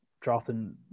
dropping